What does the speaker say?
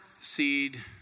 seed